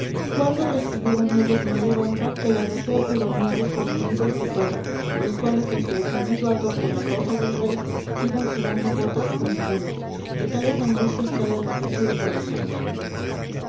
cuándo recibieron ellos mayor honra que la de ser huroneados por individuos de toga los cuales en su desmedido ardor por la causa del rey iban sudando gotas como puños que tales angustias trae el oficio de polizonte